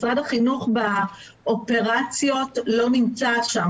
משרד החינוך באופרציות לא נמצא שם.